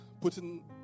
putting